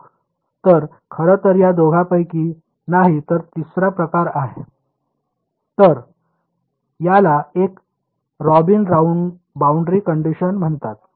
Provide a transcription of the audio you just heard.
तर खरं तर या दोघांपैकीही नाही हा तिसरा प्रकार आहे तर याला एक रॉबिन बाउंड्री कंडिशन म्हणतात